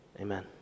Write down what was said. amen